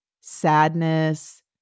sadness